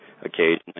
occasionally